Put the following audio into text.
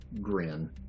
grin